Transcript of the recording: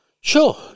Sure